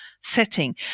setting